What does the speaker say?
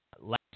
last